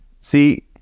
See